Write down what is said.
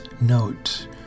note